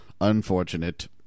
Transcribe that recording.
unfortunate